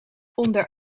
onder